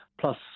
Plus